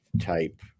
type